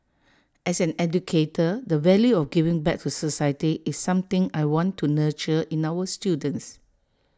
as an educator the value of giving back to society is something I want to nurture in our students